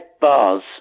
bars